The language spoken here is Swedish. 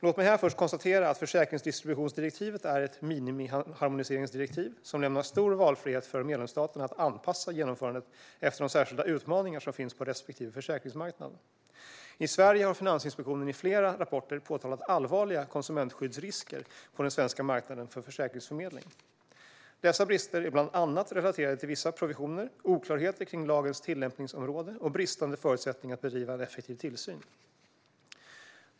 Låt mig här först konstatera att försäkringsdistributionsdirektivet är ett minimiharmoniseringsdirektiv som lämnar stor valfrihet för medlemsstaterna att anpassa genomförandet efter de särskilda utmaningar som finns på respektive försäkringsmarknad. I Sverige har Finansinspektionen i flera rapporter påtalat allvarliga konsumentskyddsrisker på den svenska marknaden för försäkringsförmedling. Dessa brister är bland annat relaterade till vissa provisioner, oklarheter kring lagens tillämpningsområde och bristande förutsättningar att bedriva en effektiv tillsyn.